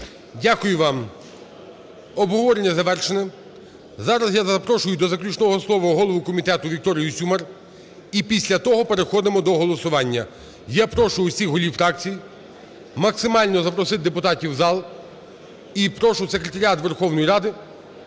Дякую вам. Обговорення завершено. Зараз я запрошую до заключного слова голову комітету Вікторію Сюмар, і після того переходимо до голосування. Я прошу всіх голів фракцій максимально запросити депутатів у зал і прошу секретаріат Верховної Ради